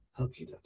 Okay